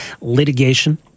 litigation